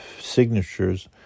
signatures